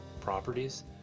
properties